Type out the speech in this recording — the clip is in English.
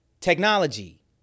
technology